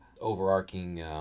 overarching